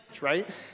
right